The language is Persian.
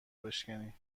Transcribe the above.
بشکنی